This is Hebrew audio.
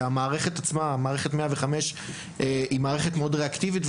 מערכת 105 היא מערכת מאוד ריאקטיבית.